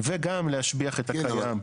וגם להשביח את הקיים.